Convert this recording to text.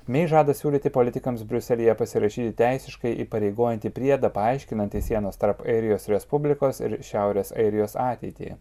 mei žada siūlyti politikams briuselyje pasirašyti teisiškai įpareigojantį priedą paaiškinantį sienos tarp airijos respublikos ir šiaurės airijos ateitį